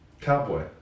Cowboy